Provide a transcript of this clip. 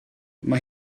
mae